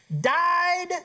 died